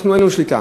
אין לנו שליטה,